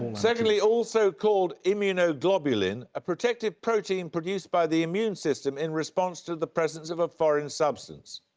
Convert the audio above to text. secondly, also called immunoglobulin, a protective protein produced by the immune system in response to the presence of a foreign substance?